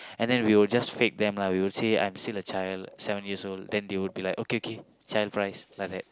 and then we will just fake them lah we will say I'm still a child seven years old then they'll be like okay okay child price like that